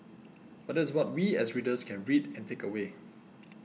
but that's what we as readers can read and take away